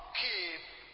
keep